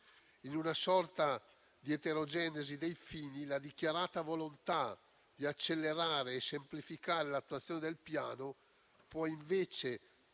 In una sorta di eterogenesi dei fini, la dichiarata volontà di accelerare e semplificare l'attuazione del Piano può invece